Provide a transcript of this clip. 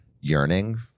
yearning